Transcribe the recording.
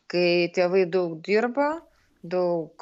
kai tėvai daug dirba daug